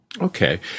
Okay